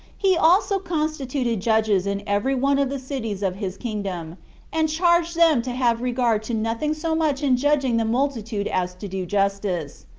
he also constituted judges in every one of the cities of his kingdom and charged them to have regard to nothing so much in judging the multitude as to do justice,